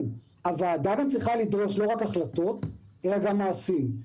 הוועדה צריכה לדרוש לא רק החלטות אלא גם מעשים.